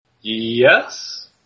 Yes